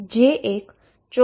જે એક ચોક્કસ મોમેન્ટમ pψ હશે